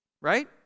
Right